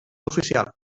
oficial